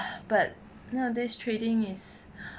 but nowadays trading is